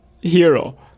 hero